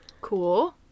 cool